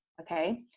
Okay